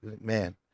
Man